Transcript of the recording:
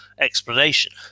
explanation